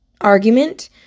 argument